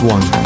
One